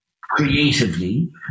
creatively